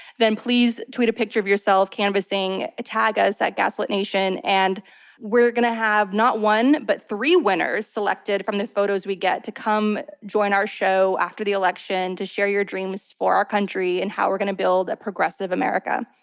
then please tweet a picture of yourself canvassing, ah tag us at gaslitnation, and we're going to have not one, but three winners selected from the photos we get, to come join our show after the election to your dreams for our country and how we're going to build a progressive america.